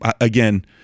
again